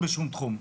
ובשום תחום.